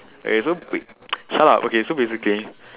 okay so wait shut up so basically